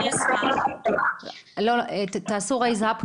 אני אחראית קשרי ממשל